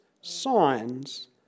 signs